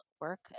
work